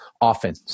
often